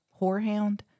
Whorehound